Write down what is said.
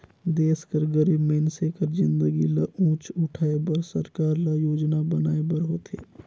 देस कर गरीब मइनसे कर जिनगी ल ऊंच उठाए बर सरकार ल योजना बनाए बर होथे